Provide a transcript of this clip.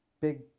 big